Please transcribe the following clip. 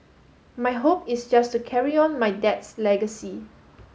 my hope is just to carry on my dad's legacy